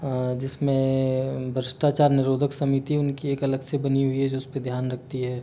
जिसमें भ्रष्टाचार निरोधक समिति उनकी एक अलग से बनी हुई है जो उसपे ध्यान रखती है